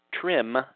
Trim